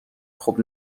خوب